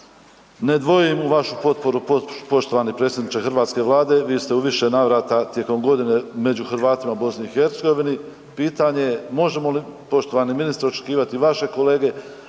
ne dvojim u vašu potporu poštovani predsjedniče hrvatske Vlade, vi ste u više navrata tijekom godine među Hrvatima u BiH-u, pitanje je možemo li poštovani ministre, očekivati vaše kolege